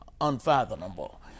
unfathomable